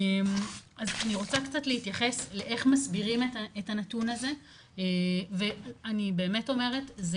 אז אני רוצה קצת להתייחס לאיך מסבירים את הנתון הזה ואני באמת אומרת,